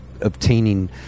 obtaining